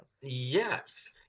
Yes